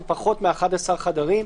אם פחות מ-11 חדרים.